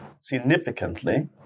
significantly